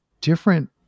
different